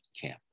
camp